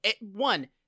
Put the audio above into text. one